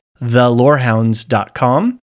thelorehounds.com